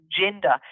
gender